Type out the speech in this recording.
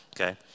okay